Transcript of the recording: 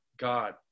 God